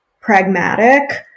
pragmatic